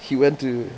he went to